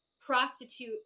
prostitute